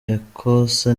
ecosse